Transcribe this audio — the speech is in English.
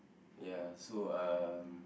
ya so um